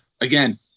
again